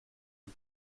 and